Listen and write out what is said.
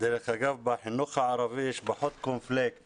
דרך אגב, בחינוך הערבי יש פחות קונפליקט